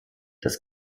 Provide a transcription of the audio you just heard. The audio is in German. das